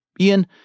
Ian